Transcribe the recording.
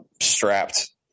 strapped